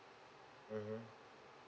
mmhmm